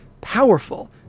powerful